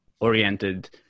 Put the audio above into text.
oriented